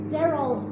Daryl